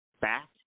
back